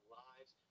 lives